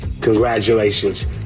Congratulations